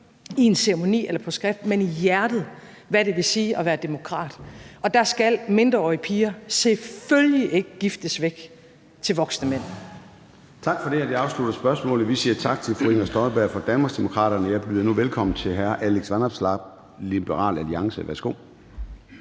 i en ceremoni eller på skrift, men i hjertet – hvad det vil sige at være demokrat. Og der skal mindreårige piger selvfølgelig ikke giftes væk til voksne mænd.